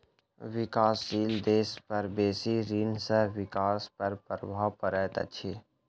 विकासशील देश पर बेसी ऋण सॅ विकास पर प्रभाव पड़ैत अछि